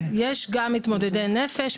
יש גם מתמודדי נפש.